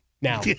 now